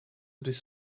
this